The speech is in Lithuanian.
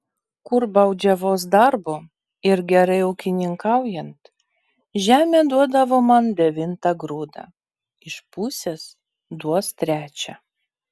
kur baudžiavos darbu ir gerai ūkininkaujant žemė duodavo man devintą grūdą iš pusės duos trečią